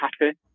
happy